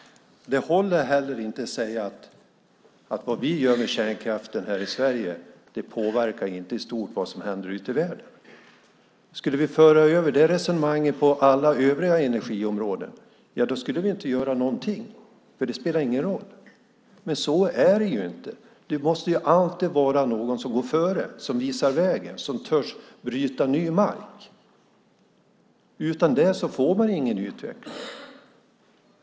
Det håller inte heller att säga att vad vi gör med kärnkraften här i Sverige påverkar inte i stort vad som händer ute i världen. Skulle vi föra över det resonemanget på alla övriga energiområden skulle vi inte göra någonting, för det spelar ingen roll. Men så är det ju inte! Det måste alltid vara någon som går före, som visar vägen, som törs bryta ny mark. Utan det får man ingen utveckling.